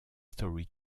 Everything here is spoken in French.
story